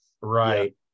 Right